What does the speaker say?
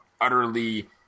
utterly